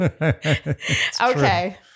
Okay